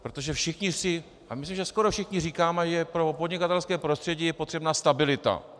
Protože všichni a myslím, že skoro všichni říkáme, že pro podnikatelské prostředí je potřebná stabilita.